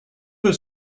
her